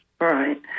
Right